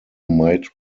might